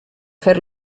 fer